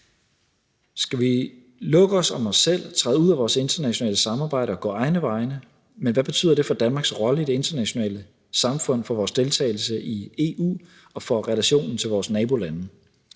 Skal vi lukke os om os selv, træde ud af vores internationale samarbejder og gå egne veje, og hvad betyder det for Danmarks rolle i det internationale samfund, for vores deltagelse i EU og for relationen til vores nabolande?